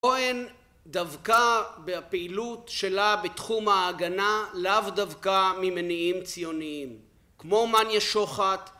כהן דווקא בפעילות שלה בתחום ההגנה לאו דווקא ממניעים ציוניים כמו מניה שוחט